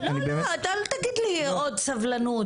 לא, אתה לא תגיד לי עוד סבלנות.